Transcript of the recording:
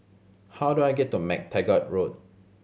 how do I get to MacTaggart Road